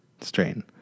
Strain